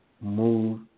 move